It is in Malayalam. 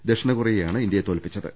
ദക്ഷിണ കൊറിയയാണ് ഇന്ത്യയെ തോൽപ്പിച്ചത്